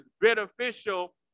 beneficial